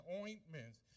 ointments